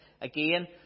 again